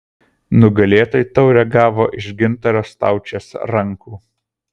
nugalėtojai taurę gavo iš gintaro staučės rankų